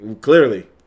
Clearly